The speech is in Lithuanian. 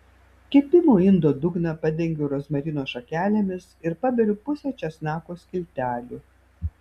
kepimo indo dugną padengiu rozmarino šakelėmis ir paberiu pusę česnako skiltelių